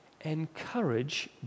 encourage